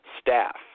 staff